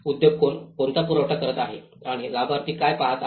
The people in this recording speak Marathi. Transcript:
उद्योग कोणता पुरवठा करीत आहे आणि लाभार्थी काय पहात आहेत